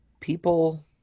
people